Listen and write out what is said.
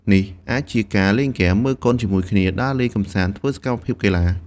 នេះអាចជាការលេងហ្គេម មើលកុនជាមួយគ្នា ដើរលេងកម្សាន្ត ឬធ្វើសកម្មភាពកីឡា។